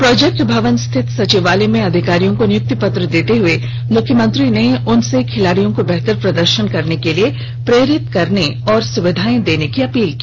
project भवन स्थित सचिवालय में अधिकारियों को नियुक्ति पत्र देते हुए मुख्यमंत्री ने उनसे खिलाड़ियों को बेहतर प्रदर्शन करने के लिये प्रेरित करने और सुविधायें देने की अपील की